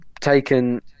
taken